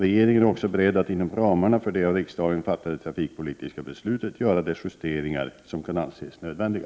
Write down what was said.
Regeringen är också beredd att inom ramarna för det av riksdagen fattade trafikpolitiska beslutet göra de justeringar som kan anses nödvändiga.